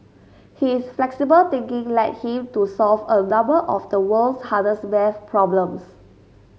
his flexible thinking led him to solve a number of the world's hardest math problems